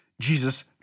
Jesus